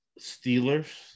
Steelers